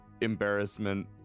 embarrassment